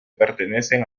pertenecen